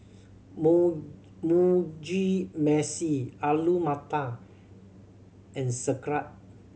Mu Mugi Meshi Alu Matar and Sauerkraut